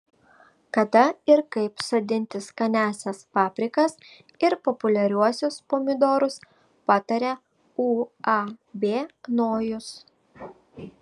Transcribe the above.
kada ir kaip sodinti skaniąsias paprikas ir populiariuosius pomidorus pataria uab nojus